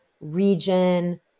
region